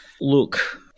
look